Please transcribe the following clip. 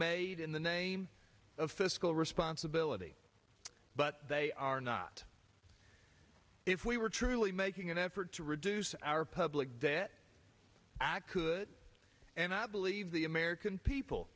made in the name of fiscal responsibility but they are not if we were truly making an effort to reduce our public debt i could and i believe the american people